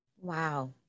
Wow